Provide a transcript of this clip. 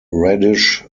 reddish